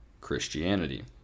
Christianity